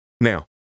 Now